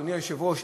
אדוני היושב-ראש,